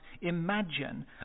imagine